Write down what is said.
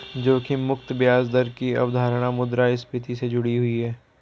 जोखिम मुक्त ब्याज दर की अवधारणा मुद्रास्फति से जुड़ी हुई है